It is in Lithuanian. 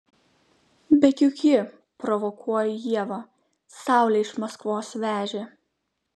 bet juk ji provokuoju ievą saulę iš maskvos vežė